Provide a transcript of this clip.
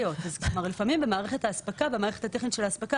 כלומר, לפעמים יש בעיות במערכת הטכנית של האספקה.